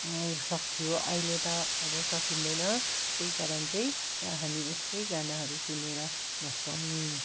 सक्थ्यौँ अहिले त अब सकिँदैन त्यही कारण चाहिँ हामी यस्तै गानाहरू सुनेर बस्छौँ